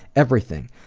everything.